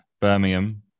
Birmingham